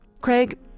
Craig